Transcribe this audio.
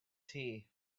tea